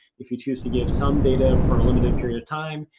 if you choose to give some data for a limited period of time,